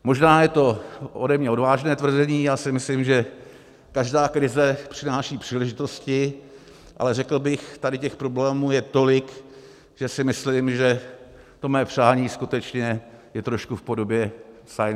Možná je to ode mě odvážné tvrzení, já si myslím, že každá krize přináší příležitosti, ale řekl bych, tady těch problémů je tolik, že si myslím, že to mé přání skutečně je trošku v podobě science fiction.